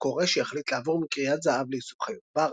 כורה שהחליט לעבור מכריית זהב לאיסוף חיות בר.